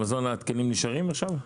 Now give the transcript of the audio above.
במזון התקנים נשארים עכשיו?